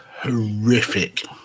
horrific